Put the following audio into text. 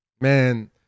man